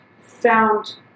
found